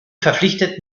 verpflichtet